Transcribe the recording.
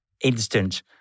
instant